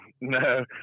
No